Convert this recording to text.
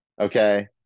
Okay